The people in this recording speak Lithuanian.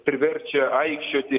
priverčia aikčioti